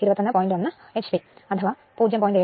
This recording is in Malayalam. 1 h p അഥവാ 0